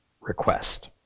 request